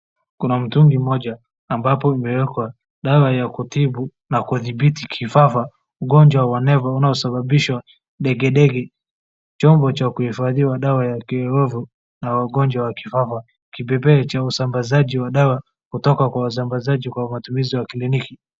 Kuna mtungi mmoja ambapo imewekwa dawa ya kutibu na kudhibiti kifafa ugonjwa wa nevi unasababisha degedege. Chombo cha kuifadhiwa dawa ya kifafa na wagonjwa wa kifafa kibebeo cha usambazaji wa dawa kutoka kwa wasambazaji kwa matumizi ya kiliniki.